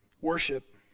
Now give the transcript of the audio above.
worship